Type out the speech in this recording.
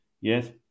yes